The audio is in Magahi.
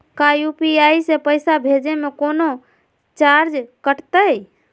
का यू.पी.आई से पैसा भेजे में कौनो चार्ज कटतई?